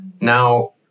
Now